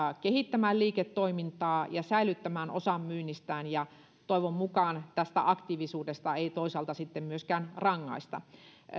kehittämään liiketoimintaa ja säilyttämään osan myynnistään toivon mukaan tästä aktiivisuudesta ei toisaalta sitten myöskään rangaista